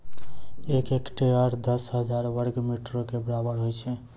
एक हेक्टेयर, दस हजार वर्ग मीटरो के बराबर होय छै